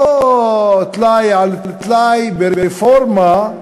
לא טלאי על טלאי ברפורמה.